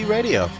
Radio